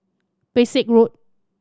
Pesek Road